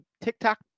TikTok